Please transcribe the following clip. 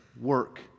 work